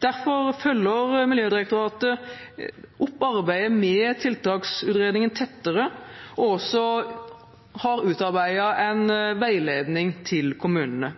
Derfor følger Miljødirektoratet opp arbeidet med tiltaksutredningen tettere og har også utarbeidet en veiledning til kommunene.